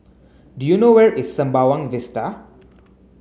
do you know where is Sembawang Vista